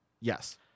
Yes